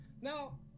Now